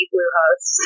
Bluehost